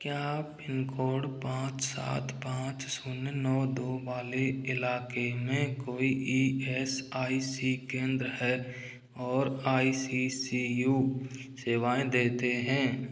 क्या पिनकोड पाँच सात पाँच शून्य नौ दौ वाले इलाके में कोई ई एस आई सी केंद्र हैं और आई सी सी यू सेवाएँ देते हैं